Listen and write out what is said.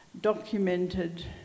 documented